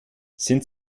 sind